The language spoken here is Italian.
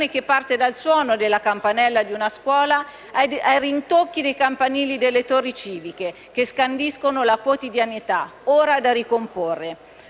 che parte dal suono della campanella di una scuola o dai rintocchi dei campanili delle torri civiche che scandiscono la quotidianità, ora da ricomporre.